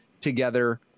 together